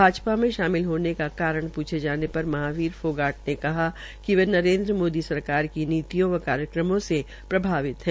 भाजपा में शामिल होने का कारण पूछे जोन पर महावीर फोगाट ने कहा कि वे नरेन्द्र मोदी सरकार की नीतियों व कार्यक्रमों से प्रभावित है